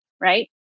Right